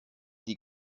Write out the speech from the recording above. die